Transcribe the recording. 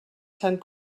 sant